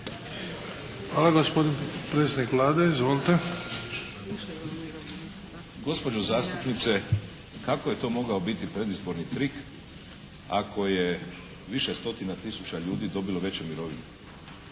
Hvala. Gospodin predsjednik Vlade. Izvolite! **Sanader, Ivo (HDZ)** Gospođo zastupnice! Kako je to mogao biti predizborni trik ako je više stotina tisuća ljudi dobilo veće mirovine